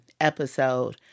episode